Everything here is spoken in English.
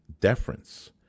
deference